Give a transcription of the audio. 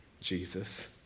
Jesus